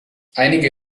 einige